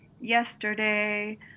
yesterday